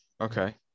Okay